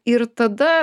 ir tada